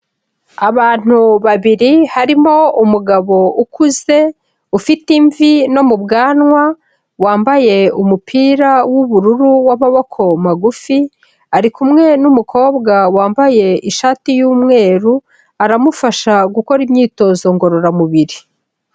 Abantu babiri, harimo umugabo ukuze, ufite imvi no mu bwanwa, wambaye umupira w'ubururu w'amaboko magufi, ari kumwe n'umukobwa wambaye ishati y'umweru, aramufasha gukora imyitozo ngororamubiri.